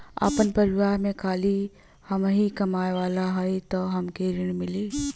आपन परिवार में खाली हमहीं कमाये वाला हई तह हमके ऋण मिली?